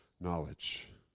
knowledge